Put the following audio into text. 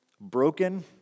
broken